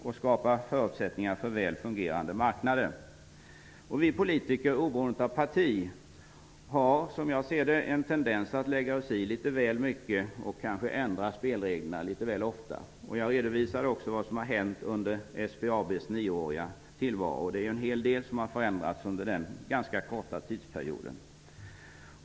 Det tror jag att Magnus Persson och jag är överens om. Vi politiker har, oberoende av parti, en tendens att lägga oss i litet väl mycket och att ändra spelreglerna litet väl ofta. Jag redovisade också vad som har hänt under SBAB:s nioåriga tillvaro -- det är en hel del som har förändrats under den ganska korta tidsperioden.